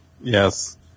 Yes